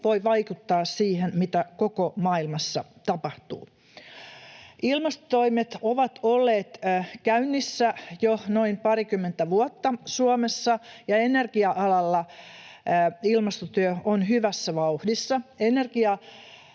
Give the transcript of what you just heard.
voi vaikuttaa siihen, mitä koko maailmassa tapahtuu. Ilmastotoimet ovat olleet käynnissä jo noin parikymmentä vuotta Suomessa, ja energia-alalla ilmastotyö on hyvässä vauhdissa.